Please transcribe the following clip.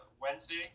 Wednesday